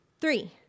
Three